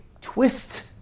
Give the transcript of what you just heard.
twist